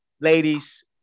ladies